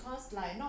ah but